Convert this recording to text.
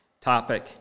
topic